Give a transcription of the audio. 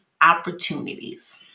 opportunities